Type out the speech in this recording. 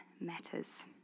matters